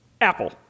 Apple